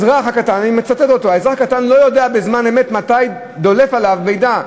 אני מצטט אותו: "האזרח הקטן לא יודע בזמן אמת מתי דולף עליו מידע".